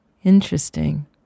Interesting